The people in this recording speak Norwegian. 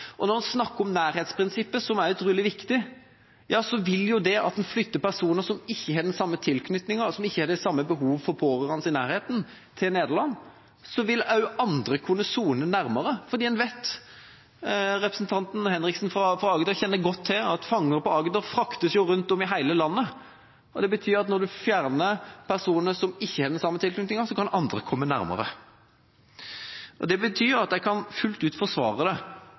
viktig. Når en flytter personer som ikke har den samme tilknytninga, og som ikke har det samme behovet for pårørende i nærheten, til Nederland, vil også andre kunne sone nærmere. En vet – representanten Henriksen fra Agder kjenner godt til det – at fanger på Agder fraktes rundt om i hele landet. Det betyr at når en fjerner personer som ikke har den samme tilknytninga, kan andre komme nærmere. Det betyr at jeg kan fullt ut forsvare det